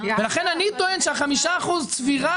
לכן אני טוען שחמשת האחוזים צבירה,